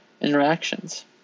interactions